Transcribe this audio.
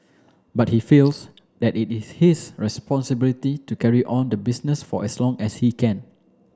but he feels that it is his responsibility to carry on the business for as long as he can